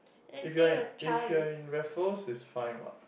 if you're in if you're in Raffles is fine what